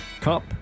Cup